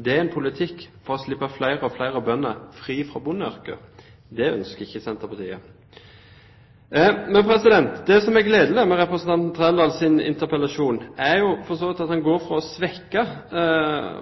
er en politikk for å slippe flere og flere bønder fri fra bondeyrket. Det ønsker ikke Senterpartiet. Det som er gledelig med representanten Trældals interpellasjon, er at han går fra